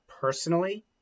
personally